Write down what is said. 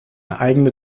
eigene